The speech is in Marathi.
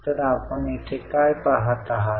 तर आपण येथे काय पहात आहात